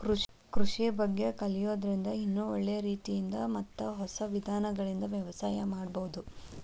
ಕೃಷಿ ಬಗ್ಗೆ ಕಲಿಯೋದ್ರಿಂದ ಇನ್ನೂ ಒಳ್ಳೆ ರೇತಿಯಿಂದ ಮತ್ತ ಹೊಸ ವಿಧಾನಗಳಿಂದ ವ್ಯವಸಾಯ ಮಾಡ್ಬಹುದು